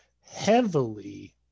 heavily